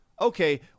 okay